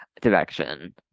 direction